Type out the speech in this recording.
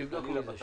חלילה,